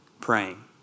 praying